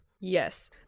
Yes